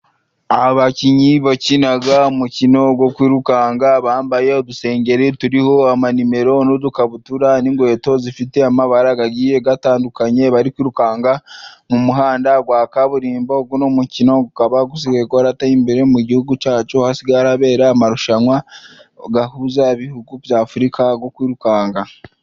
Abakinnyi bakina umukino wo kwirukanka, bambaye udusengeri turiho amanimero n'udukabutura, n'inkweto zifite amabara agiye atandukanye. Bari kwirukanka mu muhanda wa kaburimbo. Uno mukino ukaba usigaye warateye imbere mu gihugu cyacu, hasigaye habera amarushanwa ahuza ibihugu bya Afurika yo kwirukanka.